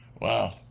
Wow